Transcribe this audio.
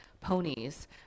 ponies